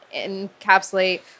encapsulate